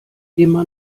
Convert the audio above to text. immer